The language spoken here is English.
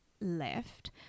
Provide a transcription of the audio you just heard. left